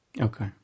okay